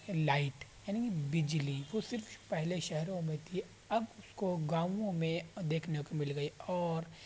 light یعنی بجلی وہ صرف پہلے شہروں میں تھی اب اس کو گاؤں میں دیکھنے کو مل گئی اور